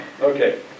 Okay